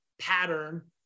pattern